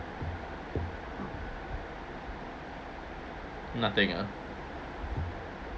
nothing ah